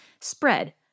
spread